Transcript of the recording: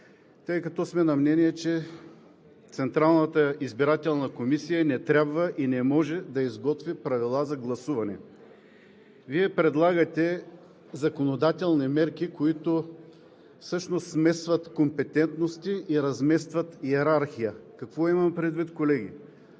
тъй като сме на мнение, че Централната избирателна комисия не трябва и не може да изготви правила за гласуване. Вие предлагате законодателни мерки, които всъщност смесват компетентности и разместват йерархия. Какво имам предвид, колеги?